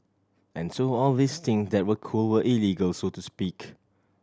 and so all these thing that were cool were illegal so to speak